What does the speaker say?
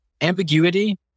ambiguity